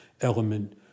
element